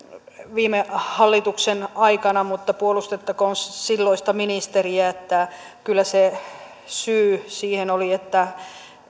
viime hallituksen aikana mutta puolustettakoon silloista ministeriä sillä että kyllä se syy siihen oli että